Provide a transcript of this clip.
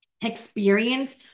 experience